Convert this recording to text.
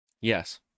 Yes